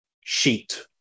sheet